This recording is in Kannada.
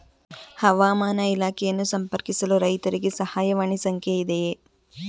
ಹವಾಮಾನ ಇಲಾಖೆಯನ್ನು ಸಂಪರ್ಕಿಸಲು ರೈತರಿಗೆ ಸಹಾಯವಾಣಿ ಸಂಖ್ಯೆ ಇದೆಯೇ?